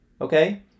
okay